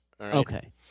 Okay